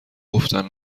گفتن